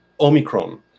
Omicron